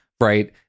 right